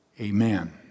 Amen